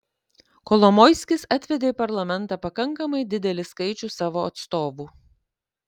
kolomoiskis atvedė į parlamentą pakankamai didelį skaičių savo atstovų